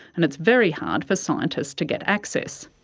and it's very hard for scientists to get access.